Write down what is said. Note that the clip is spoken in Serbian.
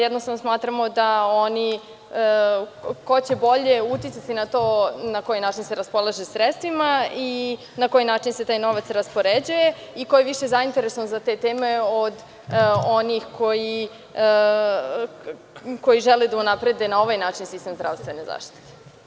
Jednostavno, smatramo da će bolje uticati na to na koji način se raspolaže sredstvima, na koji način se taj novac raspoređuje i ko je više zainteresovan za te teme od onih koji žele da na ovaj način unaprede sistem zdravstvene zaštite.